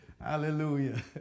hallelujah